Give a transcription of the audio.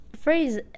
phrase